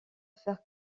faire